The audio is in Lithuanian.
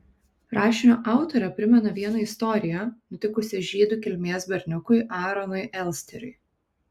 rašinio autorė primena vieną istoriją nutikusią žydų kilmės berniukui aaronui elsteriui